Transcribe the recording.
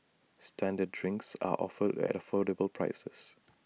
standard drinks are offered at affordable prices